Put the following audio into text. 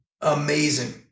amazing